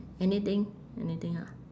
anything anything ah